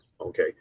Okay